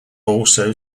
also